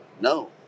no